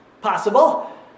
possible